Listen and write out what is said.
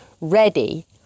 ready